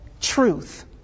truth